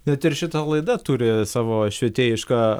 net ir šita laida turi savo švietėjišką